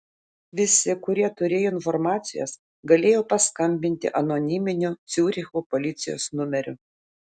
visi kurie turėjo informacijos galėjo paskambinti anoniminiu ciuricho policijos numeriu